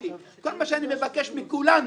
כל מה שאני מבקש מכולנו,